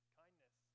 kindness